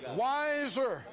wiser